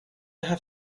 have